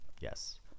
Yes